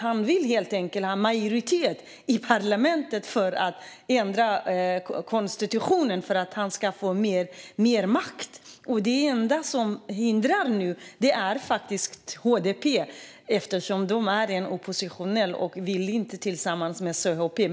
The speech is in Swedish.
Han vill ha majoritet i parlamentet för att ändra konstitutionen för att han ska få mer makt. Det enda som nu hindrar det är HDP. Det är oppositionellt och vill inte vara tillsammans med CHP.